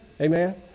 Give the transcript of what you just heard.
Amen